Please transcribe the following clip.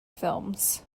films